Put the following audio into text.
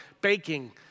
baking